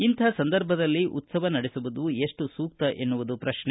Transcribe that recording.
ಇಂಥ ಸಂದರ್ಭದಲ್ಲಿ ಉತ್ಸವ ನಡೆಸುವುದು ಎಷ್ಟು ಸೂಕ್ತ ಎನ್ನುವುದು ಪ್ರಶ್ನೆ